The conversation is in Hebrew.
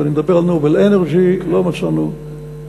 אני מדבר על "נובל אנרג'י" לא מצאנו ממש.